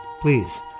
Please